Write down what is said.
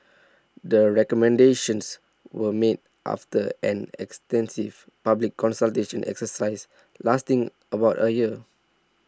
the recommendations were made after an extensive public consultation exercise lasting about a year